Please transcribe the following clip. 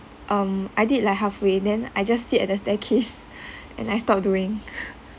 um I did like halfway then I just sit at the staircase and I stopped doing